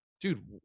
dude